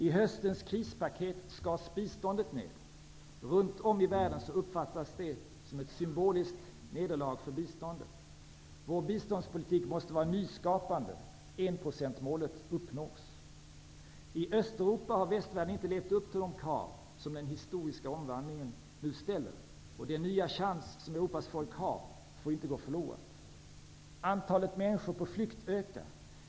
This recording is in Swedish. I höstens krispaket skars biståndet ned. Runt om i världen uppfattades det som ett symboliskt nederlag för biståndet. Vår biståndspolitik måste vara nyskapande, och enprocentsmålet måste uppnås. I Östeuropa har västvärlden inte levt upp till de krav som den historiska omvandlingen nu ställer. Den nya chans som Europas folk har får inte gå förlorad. Antalet människor på flykt ökar.